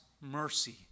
mercy